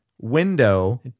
Window